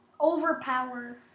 overpower